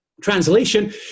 translation